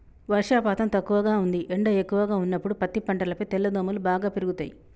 వర్షపాతం తక్కువగా ఉంది ఎండ ఎక్కువగా ఉన్నప్పుడు పత్తి పంటపై తెల్లదోమలు బాగా పెరుగుతయి